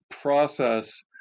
process